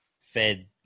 fed